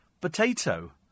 potato